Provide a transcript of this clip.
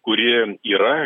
kuri yra